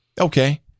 Okay